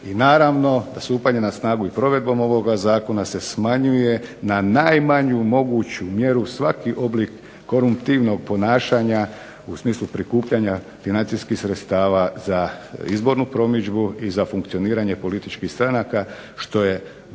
I naravno stupanje na snagu i provedbom ovoga zakona se smanjuje na najmanju moguću mjeru svaki oblik korumptivnog ponašanja u smislu prikupljanja financijskih sredstava za izbornu promidžbu i za funkcioniranje političkih stranaka što je